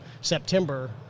September